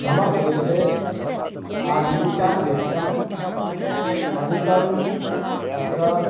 मम प्रदेशे आजीविकानिमित्तम् अधिकं तत्र